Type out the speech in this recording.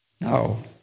No